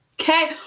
Okay